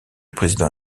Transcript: président